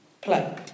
Play